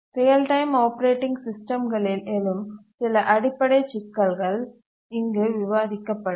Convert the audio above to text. real time operating சிஸ்டம்களில் எழும் சில அடிப்படை சிக்கல்கள் இங்கு விவாதிக்கப்படும்